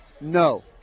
No